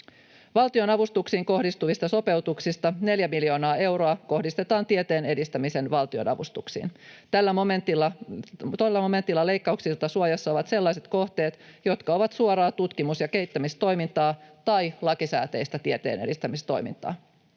Valtionavustuksiin kohdistuvista sopeutuksista neljä miljoonaa euroa kohdistetaan tieteen edistämisen valtionavustuksiin. Tällä momentilla leikkauksilta suojassa ovat sellaiset kohteet, jotka ovat suoraa tutkimus- ja kehittämistoimintaa tai lakisääteistä tieteenedistämistoimintaa.